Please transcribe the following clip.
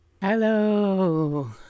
Hello